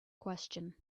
question